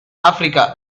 africa